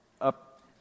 up